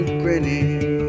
grinning